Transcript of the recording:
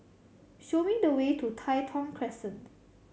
show me the way to Tai Thong Crescent